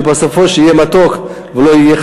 שבסוף יהיה מתוק ולא יהיה,